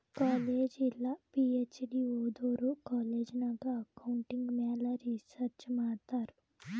college ಇಲ್ಲ PhD ಓದೋರು college ನಾಗ್ ಅಕೌಂಟಿಂಗ್ ಮ್ಯಾಲ ರಿಸರ್ಚ್ ಮಾಡ್ತಾರ್